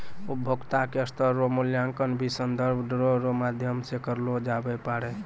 उपभोक्ता के स्तर रो मूल्यांकन भी संदर्भ दरो रो माध्यम से करलो जाबै पारै